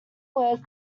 word